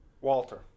Walter